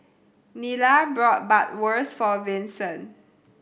Nila brought Bratwurst for Vincent